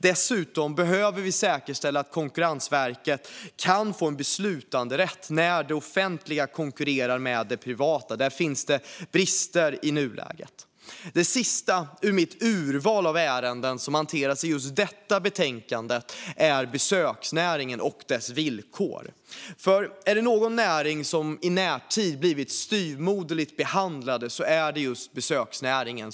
Dessutom behöver vi säkerställa att Konkurrensverket får beslutanderätt när det offentliga konkurrerar med det privata. Här finns brister i nuläget. Det sista i mitt urval av ärenden som hanteras i betänkandet är besöksnäringen och dess villkor. Är det någon näring som i närtid blivit styvmoderligt behandlad är det just besöksnäringen.